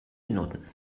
minuten